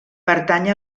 pertany